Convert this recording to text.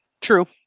True